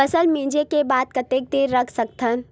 फसल मिंजे के बाद कतेक दिन रख सकथन?